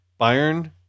Bayern